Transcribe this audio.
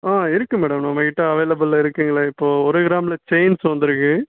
ஆ இருக்குது மேடம் நம்மக்கிட்டே அவைளபில் இருக்குதுங்களே இப்போது ஒரு கிராமில் செயின்ஸ் வந்துருக்குது